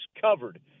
covered